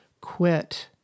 quit